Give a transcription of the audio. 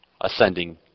ascending